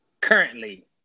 Currently